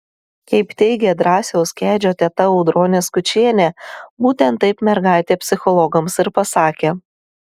kaip teigia drąsiaus kedžio teta audronė skučienė būtent taip mergaitė psichologams ir pasakė